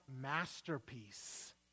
masterpiece